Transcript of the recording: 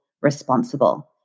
responsible